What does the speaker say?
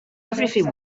everything